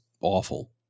awful